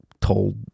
told